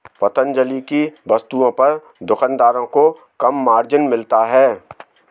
पतंजलि की वस्तुओं पर दुकानदारों को कम मार्जिन मिलता है